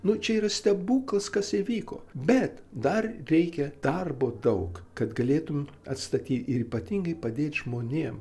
nu čia yra stebuklas kas įvyko bet dar reikia darbo daug kad galėtum atstatyt ir ypatingai padėt žmonėm